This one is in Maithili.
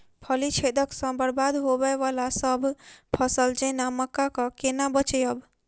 फली छेदक सँ बरबाद होबय वलासभ फसल जेना मक्का कऽ केना बचयब?